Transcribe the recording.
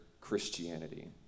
Christianity